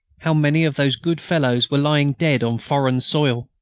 how many of those good fellows were lying dead on foreign soil?